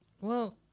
Well-